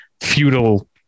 feudal